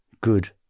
good